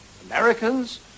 Americans